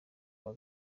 kuwa